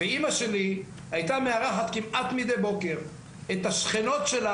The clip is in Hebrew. אמא שלי הייתה מארחת כמעט מידי בוקר את השכנות שלה